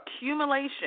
accumulation